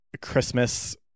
Christmas